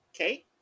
okay